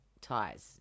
ties